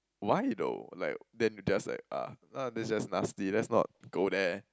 why though like then you just like uh that's just nasty let's not go there